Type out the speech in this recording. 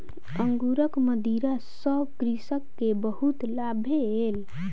अंगूरक मदिरा सॅ कृषक के बहुत लाभ भेल